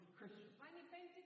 Christian